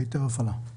היתר הפעלה.